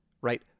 right